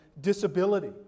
disability